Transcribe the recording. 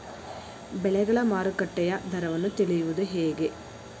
ಬೆಳೆಗಳ ಮಾರುಕಟ್ಟೆಯ ದರವನ್ನು ತಿಳಿಯುವುದು ಹೇಗೆ?